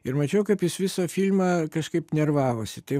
ir mačiau kaip jis visą filmą kažkaip nervavosi tai